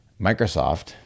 Microsoft